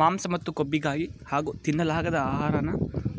ಮಾಂಸ ಮತ್ತು ಕೊಬ್ಬಿಗಾಗಿ ಹಾಗೂ ತಿನ್ನಲಾಗದ ಆಹಾರನ